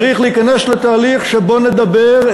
צריך להיכנס לתהליך שבו נדבר,